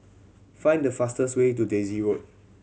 find the fastest way to Daisy Road